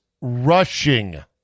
rushing